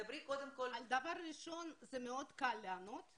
על הדבר הראשון קל מאוד לענות.